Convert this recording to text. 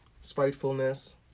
spitefulness